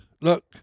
look